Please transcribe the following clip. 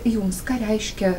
jums ką reiškia